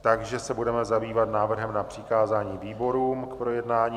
Takže se budeme zabývat návrhem na přikázání výborům k projednání.